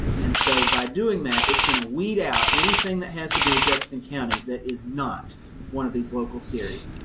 and so by doing that, it's going to weed out anything that has to do with jefferson county that is not one of these local series.